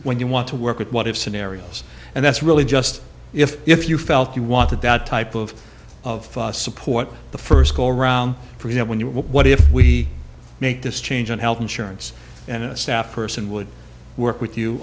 when you want to work with what if scenarios and that's really just if if you felt you wanted that type of support the first go around for you when you were what if we make this change on health insurance and a staff person would work with you